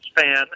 fan